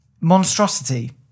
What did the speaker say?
Monstrosity